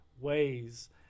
ways